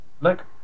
look